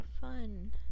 Fun